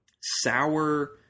sour